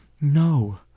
No